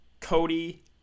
Cody